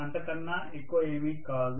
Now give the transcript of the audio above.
అంతకన్నా ఎక్కువ ఏమీ కాదు